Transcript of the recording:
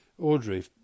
Audrey